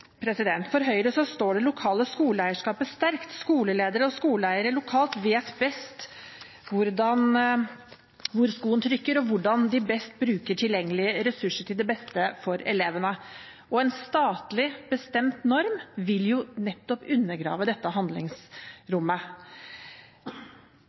for Høyre står det lokale skoleeierskapet sterkt. Skoleledere og skoleeiere lokalt vet best hvor skoen trykker, og hvordan de best bruker tilgjengelige ressurser til beste for elevene. En statlig bestemt norm vil nettopp undergrave dette